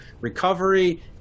recovery